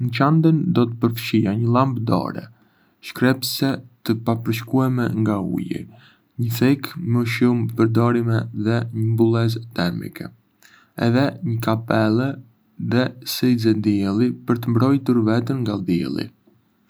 Në çantën do të përfshija një llambë dore, shkrepëse të papërshkueshme nga uji, një thikë me shumë përdorime dhe një mbulesë termike. Edhé, një kapele dhe syze dielli për të mbrojtur veten nga dielli.